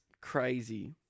crazy